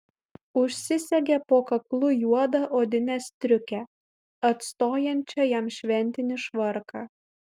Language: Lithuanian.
užsisegė po kaklu juodą odinę striukę atstojančią jam šventinį švarką